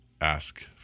ask